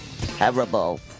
Terrible